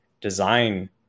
design